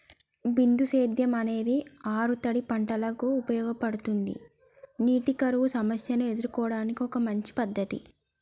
బిందు సేద్యం అనేది ఆరుతడి పంటలకు ఉపయోగపడుతుందా నీటి కరువు సమస్యను ఎదుర్కోవడానికి ఒక మంచి పద్ధతి?